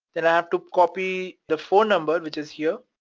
then i have to copy the phone number which is here.